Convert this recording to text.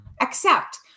accept